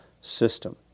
system